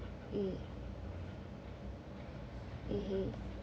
mm mmhmm